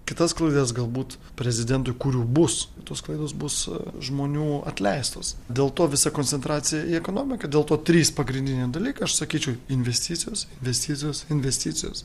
kitas klaidas galbūt prezidentui kurių bus tos klaidos bus žmonių atleistos dėl to visa koncentracija į ekonomiką dėl to trys pagrindiniai dalykai aš sakyčiau investicijos investicijos investicijos